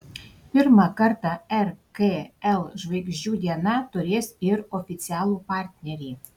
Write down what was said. pirmą kartą rkl žvaigždžių diena turės ir oficialų partnerį